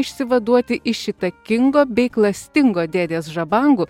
išsivaduoti iš įtakingo bei klastingo dėdės žabangų